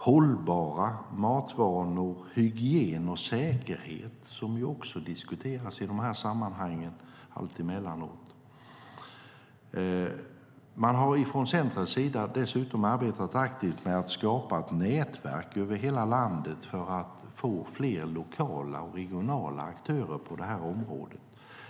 Hållbara matvanor, hygien och säkerhet diskuteras också i de här sammanhangen. Centret har dessutom arbetat aktivt med att skapa ett nätverk över hela landet för att få fler lokala och regionala aktörer på detta område.